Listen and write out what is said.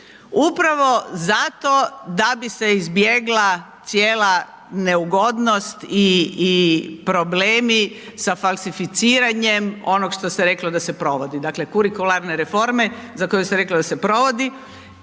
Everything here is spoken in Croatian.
upravo zato da bi se izbjegla cijela neugodnosti i problemi sa falsificiranjem onog što se reklo da se provodi, dakle kurikularne reforme za koju ste rekli da se provodi,